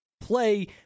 play